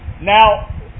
Now